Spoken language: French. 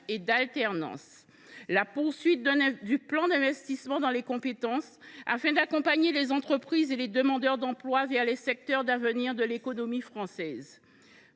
Troisièmement, la poursuite du plan d’investissement dans les compétences, afin d’accompagner les entreprises et les demandeurs d’emploi vers les secteurs d’avenir de l’économie française.